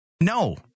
no